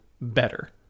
better